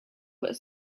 but